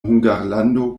hungarlando